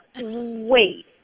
wait